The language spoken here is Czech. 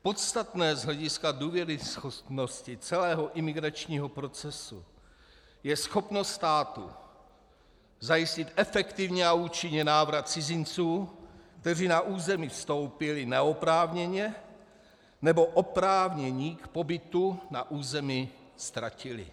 Podstatné z hlediska důvěryhodnosti celého imigračního procesu je schopnost státu zajistit efektivně a účinně návrat cizinců, kteří na území vstoupili neoprávněně nebo oprávnění k pobytu na území ztratili.